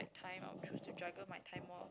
time I will choose to juggle my time more